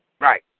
Right